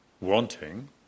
wanting